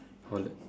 call her